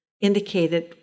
indicated